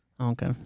Okay